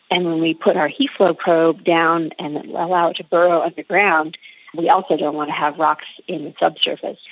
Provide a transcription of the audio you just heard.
and when we put our heat flow probe down and allow it to go underground, we also don't want to have rocks in the subsurface.